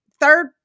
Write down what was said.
third